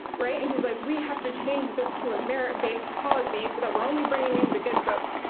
right, and he's like we have to change this to a merit-based policy so that we're only bringing in the good folks.